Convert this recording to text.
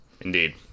Indeed